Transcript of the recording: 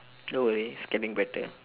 don't worry it's getting better